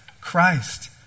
Christ